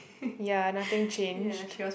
ya nothing changed